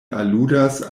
aludas